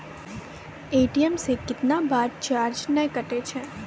ATM से कैतना बार चार्ज नैय कटै छै?